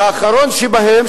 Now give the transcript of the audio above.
והאחרון שבהם,